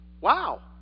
Wow